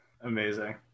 amazing